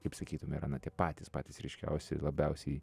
kaip sakytum yra na tie patys patys ryškiausi labiausiai